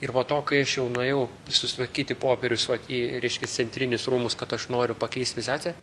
ir po to kai aš jau nuėjau susitvarkyti popierius vat į reiškias centrinius rūmus kad aš noriu pakeist specializaciją